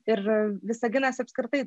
ir visaginas apskritai